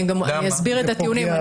אני אסביר את הטיעונים.